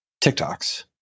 TikToks